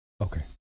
Okay